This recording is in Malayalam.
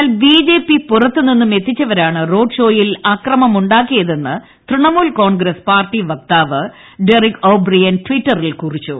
എന്നാൽ ബിജെപി പുറത്തുനിന്നും എത്തിച്ചവരാണ് റോഡ് ഷോയിൽ അക്രമമുണ്ടാക്കിയതെന്ന് തൃണമൂൽ കോൺഗ്രസ്സ് പാർട്ടി വക്താവ് ഡെറിക് ഒ ബ്രെയ്ൻ ട്ടിറ്ററിൽ കുറിച്ചു